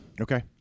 Okay